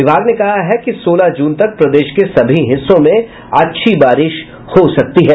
विभाग ने कहा है कि सोलह जून तक प्रदेश के सभी हिस्सों में अच्छी बारिश हो सकती है